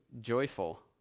joyful